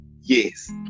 Yes